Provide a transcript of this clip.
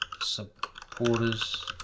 supporters